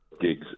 gigs